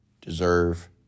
deserve